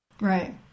Right